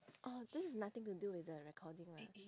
oh this is nothing to do with the recording lah